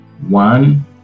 one